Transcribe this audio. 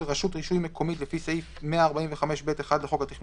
רשות רישוי מקומית לפי סעיף 145(ב1) לחוק התכנון